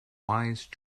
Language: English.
wise